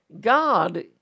God